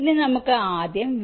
ഇനി നമുക്ക് ആദ്യം വി